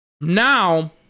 Now